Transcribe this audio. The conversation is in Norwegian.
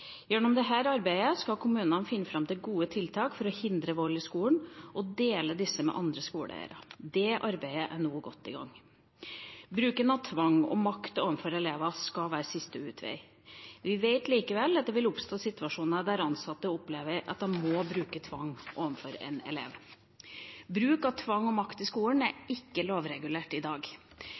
Gjennom dette samarbeidet skal kommunene finne fram til gode tiltak for å forhindre vold i skolen og dele disse med andre skoleeiere. Dette arbeidet er godt i gang. Bruk av tvang og makt overfor elever skal være siste utvei. Vi vet likevel at det vil oppstå situasjoner der ansatte opplever at de må bruke tvang mot elever. Bruk av tvang og makt i skolen er ikke lovregulert i dag.